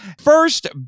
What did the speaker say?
first